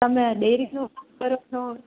તમે ડેરીનું કરો છો